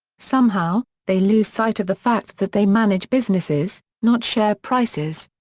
somehow, they lose sight of the fact that they manage businesses, not share prices.